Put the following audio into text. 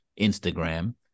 Instagram